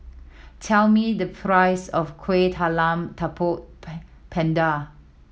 tell me the price of Kueh Talam Tepong Pandan